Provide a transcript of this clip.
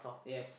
yes